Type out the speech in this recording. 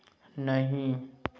नहीं